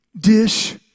dish